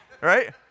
right